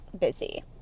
busy